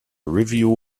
review